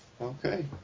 Okay